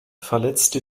verletzte